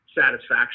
satisfaction